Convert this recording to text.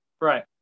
right